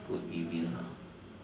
good reviews ah